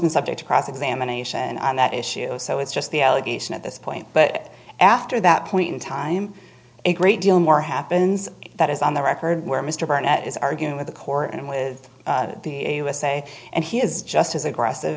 been subject to cross examination on that issue so it's just the allegation at this point but after that point in time a great deal more happens that is on the record where mr barnett is arguing with the court and with the a usa and he is just as aggressive